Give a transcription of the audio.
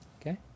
Okay